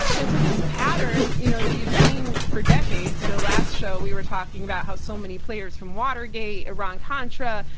and so this pattern, you know that you've seen for decades. you know last show we were talking about how so many players from watergate, iran contra,